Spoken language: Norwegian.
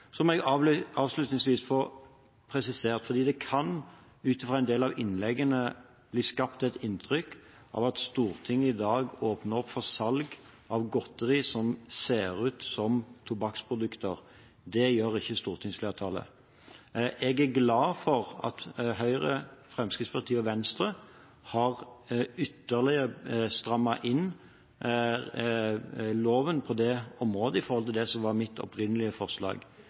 Så må jeg avslutningsvis få presisere, fordi det ut fra en del av innleggene kan bli skapt et inntrykk av at Stortinget i dag åpner opp for salg av godteri som ser ut som tobakksprodukter: Det gjør ikke stortingsflertallet. Jeg er glad for at Høyre, Fremskrittspartiet og Venstre har ytterligere strammet inn loven på det området i forhold til det som var mitt opprinnelige forslag.